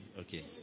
Okay